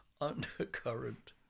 Undercurrent